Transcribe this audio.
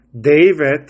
David